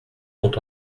sont